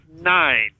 nine